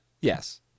Yes